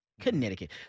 Connecticut